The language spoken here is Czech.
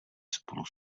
spolu